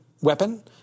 weapon